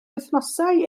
wythnosau